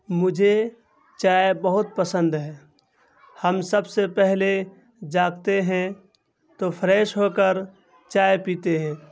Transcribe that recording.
مجھے چائے بہت پسند ہے ہم سب سے پہلے جاگتے ہیں تو فریش ہو کر چائے پیتے ہیں